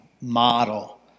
model